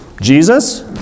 Jesus